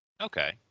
Okay